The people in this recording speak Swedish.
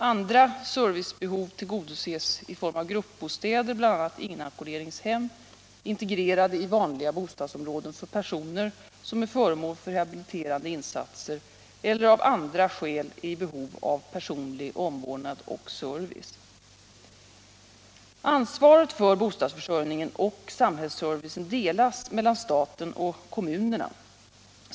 Andra servicebehov tillgodoses i form av gruppbostäder, bl.a. inackorderingshem, integrerade i vanliga bostadsområden för personer som är föremål för rehabiliterande insatser eller av andra skäl är i behov av personlig omvårdnad och service. Ansvaret för bostadsförsörjningen och samhällsservicen delas mellan staten och kommunerna.